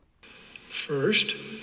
First